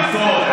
מיטות,